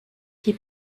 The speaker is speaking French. qui